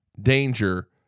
danger